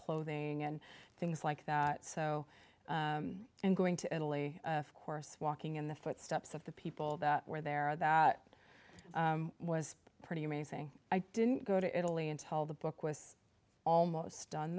clothing and things like that so in going to italy of course walking in the footsteps of the people that were there that was pretty amazing i didn't go to italy and to hell the book was almost done